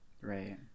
Right